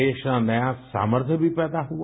देश में नया सामर्थ्य भी पैदा हुआ